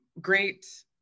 great